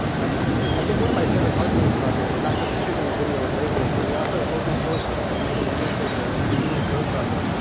and i think one of my favorite parts of this project was not just shooting a video with lasers, but we also open sourced it, and we made it released as ah a google code project,